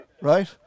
Right